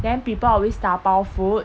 then people always dabao food